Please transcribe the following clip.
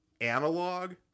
analog